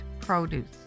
produce